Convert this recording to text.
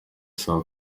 saa